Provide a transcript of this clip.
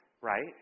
right